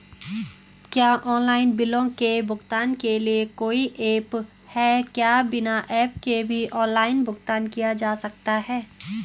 क्या ऑनलाइन बिलों के भुगतान के लिए कोई ऐप है क्या बिना ऐप के भी ऑनलाइन भुगतान किया जा सकता है?